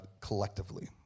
collectively